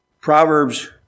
Proverbs